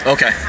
Okay